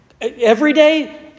Everyday